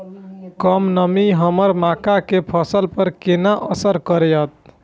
कम नमी हमर मक्का के फसल पर केना असर करतय?